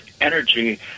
energy